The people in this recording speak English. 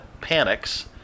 panics